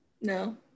No